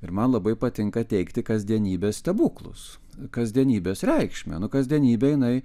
ir man labai patinka teikti kasdienybės stebuklus kasdienybės reikšmę nu kasdienybė jinai